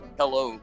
hello